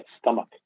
stomach